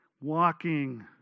walking